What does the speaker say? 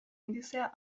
indizea